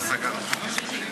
חברי הכנסת.